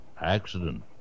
Accident